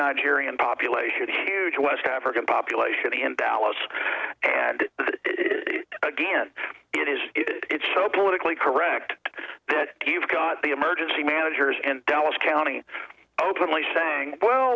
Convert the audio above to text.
nigerian population a huge west african population in dallas and again it is it's so politically correct that you've got the emergency managers and dallas county openly saying well